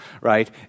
right